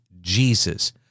Jesus